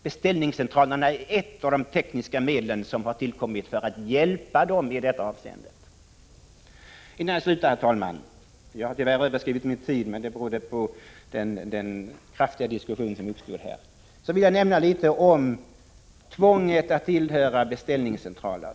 Beställningscentralerna är ett av de tekniska medel som har tillkommit för att i detta avseende hjälpa taxinäringen. Herr talman! Jag har tyvärr överskridit den anmälda taletiden, men det berodde på den omfattande diskussion som här uppstod. Innan jag avslutar mitt anförande vill jag säga några ord om tvånget att tillhöra beställningscentraler.